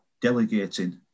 delegating